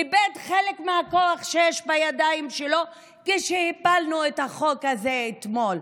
איבד חלק מהכוח שיש בידיים שלו כשהפלנו את החוק הזה אתמול.